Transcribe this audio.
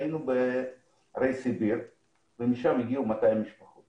היינו בסיביר ומשם הגיעו 200 משפחות